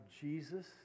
Jesus